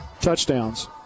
touchdowns